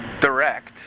direct